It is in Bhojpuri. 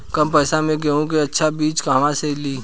कम पैसा में गेहूं के अच्छा बिज कहवा से ली?